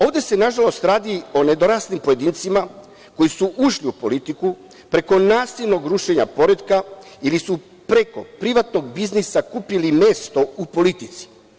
Ovde se nažalost radi o nedoraslim pojedincima, koji su ušli u politiku preko nasilnog rušenja pretka ili su preko privatnog biznisa kupili mesto u politici.